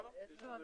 לא.